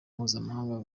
mpuzamahanga